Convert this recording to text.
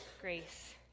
grace